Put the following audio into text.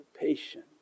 patient